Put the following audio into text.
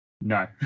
No